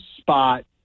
spot